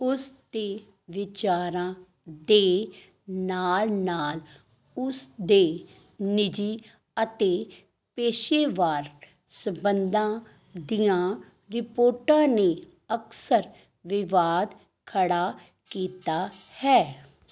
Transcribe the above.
ਉਸ ਦੇ ਵਿਚਾਰਾਂ ਦੇ ਨਾਲ ਨਾਲ ਉਸ ਦੇ ਨਿੱਜੀ ਅਤੇ ਪੇਸ਼ੇਵਰ ਸੰਬੰਧਾਂ ਦੀਆਂ ਰਿਪੋਰਟਾਂ ਨੇ ਅਕਸਰ ਵਿਵਾਦ ਖੜ੍ਹਾ ਕੀਤਾ ਹੈ